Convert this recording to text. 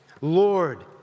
Lord